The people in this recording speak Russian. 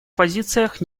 позициях